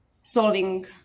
solving